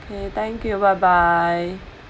okay thank you bye bye